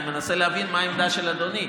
אני מנסה להבין מה העמדה של אדוני.